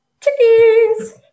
Chickies